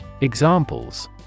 Examples